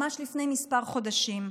ממש לפני כמה חודשים.